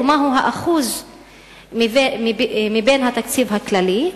ומהו האחוז מתוך התקציב הכללי?